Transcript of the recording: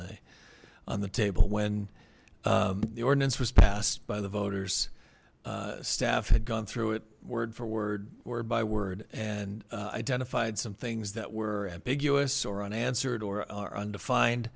the on the table when the ordinance was passed by the voters staff had gone through it word for word word by word and identified some things that were ambiguous or unanswered or are undefined